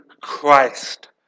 Christ